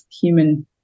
human